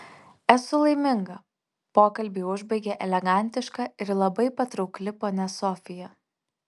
esu laiminga pokalbį užbaigė elegantiška ir labai patraukli ponia sofija